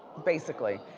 basically.